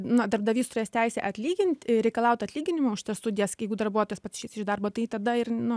na darbdavys turės teisę atlygint reikalaut atlyginimo už tas studijas jeigu darbuotojas pats išeis iš darbo tai tada ir nu